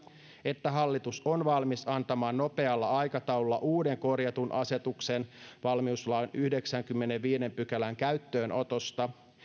että hallitus on valmis antamaan nopealla aikataululla uuden korjatun asetuksen valmiuslain yhdeksännenkymmenennenviidennen pykälän käyttöönotosta